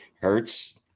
Hertz